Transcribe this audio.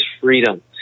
freedom